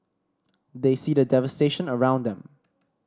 they see the devastation around them